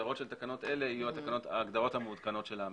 התקנות האלה צריך לראות גם כצעד חשוב במאבק במשבר האקלים.